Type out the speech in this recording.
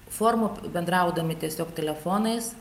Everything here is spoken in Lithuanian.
formų bendraudami tiesiog telefonais